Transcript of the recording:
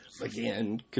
again